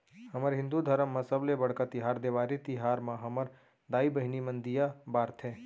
हमर हिंदू धरम म सबले बड़का तिहार देवारी तिहार म हमर दाई बहिनी मन दीया बारथे